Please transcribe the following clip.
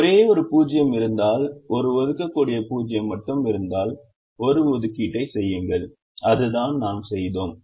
ஒரே ஒரு 0 இருந்தால் ஒரு ஒதுக்கக்கூடிய 0 மட்டுமே இருந்தால் ஒரு ஒதுக்கீட்டை செய்யுங்கள் அதுதான் நாம் செய்தோம்